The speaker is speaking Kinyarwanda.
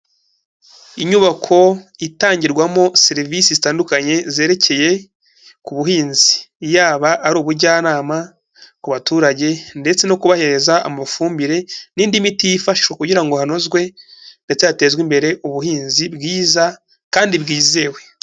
Inyubako itangirwamo serivisi zitandukanye zerekeye ku buhinzi, yaba ari ubujyanama ku baturage ndetse no kubahereza amafumbire n'indi mitifa kugira ngo hanozwe ndetse hatezwe imbere ubuhinzi bwiza kandi bwizewe.